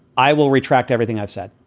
i will retract everything i've said.